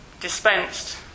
dispensed